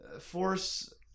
force